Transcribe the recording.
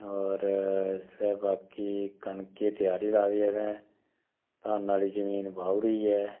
और ते बाकी कनके त्यारी ला दी असैं धानाआह्ली जमीन बाऊड़ी ऐ